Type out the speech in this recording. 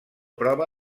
prova